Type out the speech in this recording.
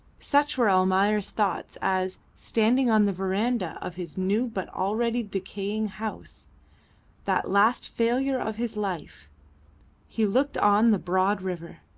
such were almayer's thoughts as, standing on the verandah of his new but already decaying house that last failure of his life he looked on the broad river.